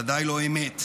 ודאי לא אמת.